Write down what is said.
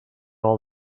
all